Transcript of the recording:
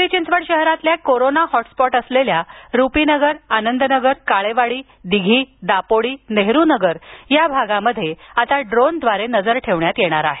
पिंपरी चिंचवड शहरातील corona hotspot असलेल्या रुपीनगर आनंद नगर काळेवाडी दिघी दापोडी नेहरूनगर या भागात आता ड्रोनद्वारे नजर ठेवण्यात येणार आहे